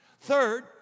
Third